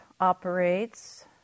operates